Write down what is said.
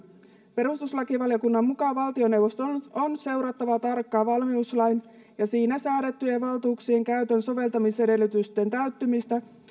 perustuslakivaliokunnan mukaan valtioneuvoston on seurattava tarkkaan valmiuslain ja siinä säädettyjen valtuuksien käytön soveltamisedellytysten täyttymistä